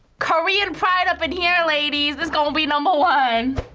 korean pride up in here ladies! this gonna be number one!